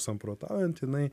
samprotaujant jinai